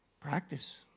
practice